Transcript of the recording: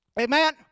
Amen